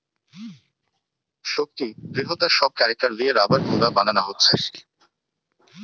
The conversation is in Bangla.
শক্তি, দৃঢ়তা সব ক্যারেক্টার লিয়ে রাবার গুলা বানানা হচ্ছে